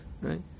Right